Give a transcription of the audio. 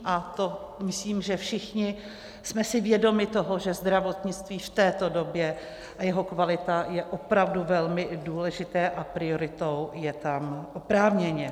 A to myslím, že všichni jsme si vědomi toho, že zdravotnictví v této době, a jeho kvalita, je opravdu velmi důležité a prioritou je tam oprávněně.